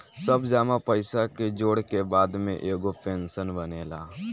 सब जमा पईसा के जोड़ के बाद में एगो पेंशन बनेला